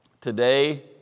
Today